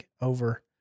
over